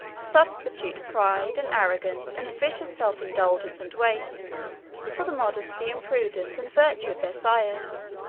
substitute pride, and arrogance, and vicious self-indulgence and waste for the modesty, and prudence, and virtue of their sires,